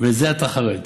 לזה אתה חרד.